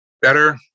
better